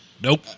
Nope